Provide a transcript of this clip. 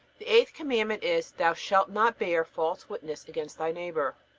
the eighth commandment is thou shalt not bear false witness against thy neighbor.